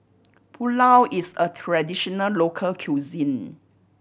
pulao is a traditional local cuisine